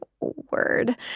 word